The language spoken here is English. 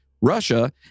Russia